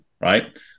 right